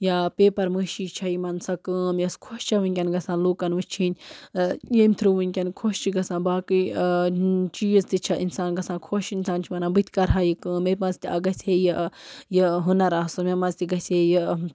یا پیپر معٲشی چھےٚ یِمَن سۄ کٲم یۄس خۄش چھےٚ وٕنۍکٮ۪ن گژھان لوٗکَن وٕچھِنۍ ییٚمہِ تھرٛوٗ وٕنۍکٮ۪ن خۄش چھِ گژھان باقٕے چیٖز تہِ چھےٚ اِنسان گژھان خۄش اِنسان چھِ وَنان بہٕ تہِ کَرٕ ہا یہِ کٲم مےٚ منٛز تہِ گَژھِ ہے یہِ یہِ ہُنَر آسُن مےٚ منٛز تہِ گژھِ ہے یہِ